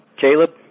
Caleb